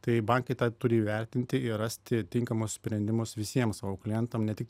tai bankai tą turi įvertinti ir rasti tinkamus sprendimus visiem savo klientam ne tiktai